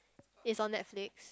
it's on Netflix